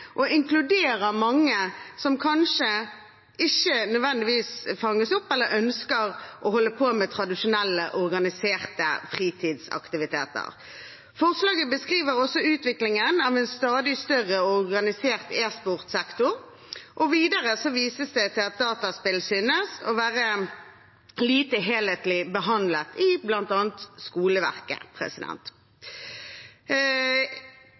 mange som ikke nødvendigvis fanges opp av eller ønsker å holde på med tradisjonelle, organiserte fritidsaktiviteter. Forslaget beskriver også utviklingen av en stadig større og organisert e-sportsektor, og videre vises det til at dataspill synes å være lite helhetlig behandlet i bl.a. skoleverket.